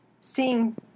seeing